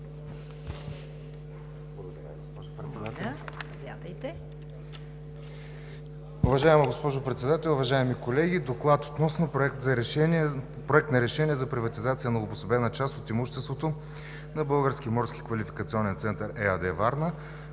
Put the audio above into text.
Благодаря, госпожо Председател.